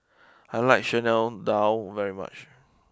I like Chana Dal very much